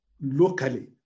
locally